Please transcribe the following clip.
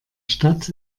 stadt